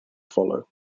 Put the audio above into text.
follow